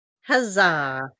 Huzzah